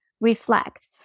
reflect